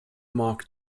mock